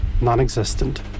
non-existent